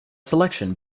selection